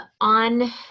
on